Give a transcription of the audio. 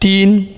तीन